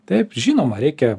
taip žinoma reikia